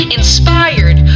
inspired